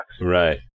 Right